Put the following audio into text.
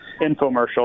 infomercial